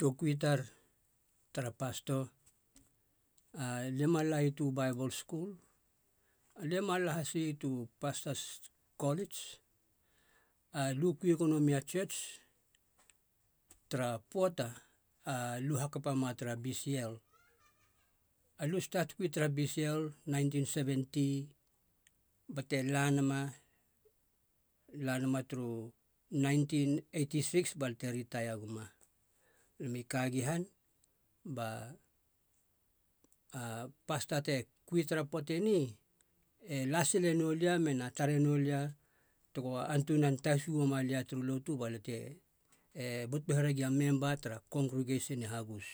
Toukui tar, tara pasto, alia ma lai tu baibol skul, alia ma la has i tu pastos kolits, alu kui gono mei a tsiots tara poata alu hakapa ma tara bcl. Alu stat kui tara bcl nineteen seventy bate la nama turu nineteen eighty six balia te ritaia guma memi kagi han ba pasta te kui tara poate ni e la sile nou lia me na tare nou lia tego antunan tasu uma lia turu lotu balia te e butu here gi a memba tara kongregasion i hagus.